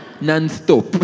non-stop